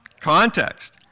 context